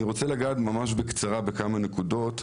אני רוצה לגעת בקצרה בכמה נקודות.